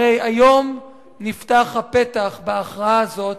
הרי היום נפתח הפתח בהכרעה הזאת